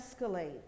escalate